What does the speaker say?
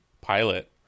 pilot